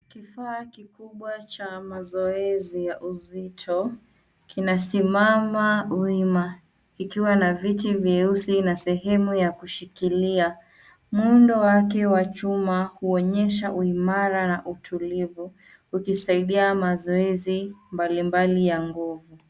Kifaa kikubwa cha mazoezi ya uzito, kinasimama wima kikiwa na viti vyeusi na sehemu ya kushikilia. Muundo wake wa chuma huonyesha uimara na utulivu, ukisaidia mazoezi mbalimbali ya nguvu.